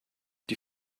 die